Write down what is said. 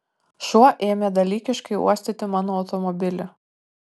šuo ėmė dalykiškai uostyti mano automobilį